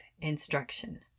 instruction